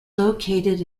located